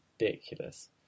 ridiculous